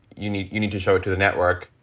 you need you need to show it to the network.